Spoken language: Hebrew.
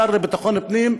שר לביטחון פנים,